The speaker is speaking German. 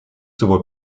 sowohl